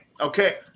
okay